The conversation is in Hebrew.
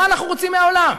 מה אנחנו רוצים מהעולם?